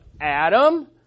Adam